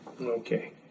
Okay